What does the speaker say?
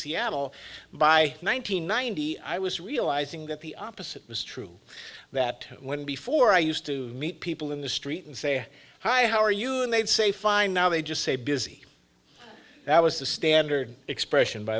seattle by one nine hundred ninety i was realizing that the opposite was true that when before i used to meet people in the street and say hi how are you and they'd say fine now they just say busy that was the standard expression by